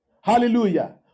Hallelujah